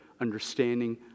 understanding